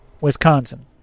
Wisconsin